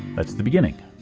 that's the beginning.